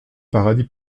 paradis